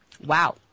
Wow